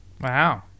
wow